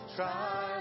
Try